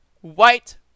white